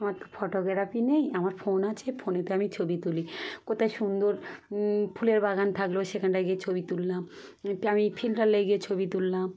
আমার তো ফটোগ্রাফি নেই আমার ফোন আছে ফোনেতে আমি ছবি তুলি কোথায় সুন্দর ফুলের বাগান থাকলো সেখানটায় গিয়ে ছবি তুললাম আমি ফিল্টার লাগিয়ে ছবি তুললাম